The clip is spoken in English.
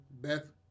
Beth